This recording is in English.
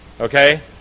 Okay